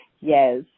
Yes